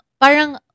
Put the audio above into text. parang